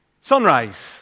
sunrise